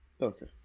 Okay